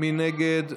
מי נגד?